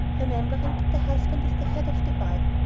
remembering that the husband is the head of the wife,